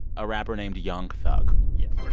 a rapper named young thug yeah. we're